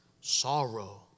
sorrow